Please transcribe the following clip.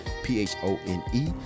P-H-O-N-E